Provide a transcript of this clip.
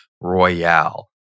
Royale